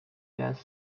gas